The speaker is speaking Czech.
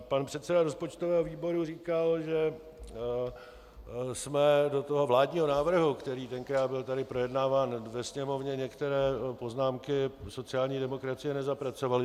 Pan předseda rozpočtového výboru říkal, že jsme do toho vládního návrhu, který tenkrát byl projednáván tady ve Sněmovně, některé poznámky sociální demokracie nezapracovali.